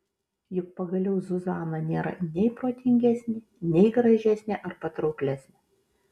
juk pagaliau zuzana nėra nei protingesnė nei gražesnė ar patrauklesnė